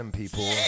people